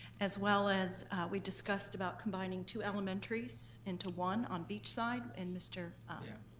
as well as we discussed about combining two elementaries into one on beachside, and mr yeah,